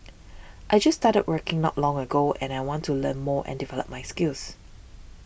I just started working not long ago and I want to learn more and develop my skills